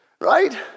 Right